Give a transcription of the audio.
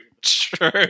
true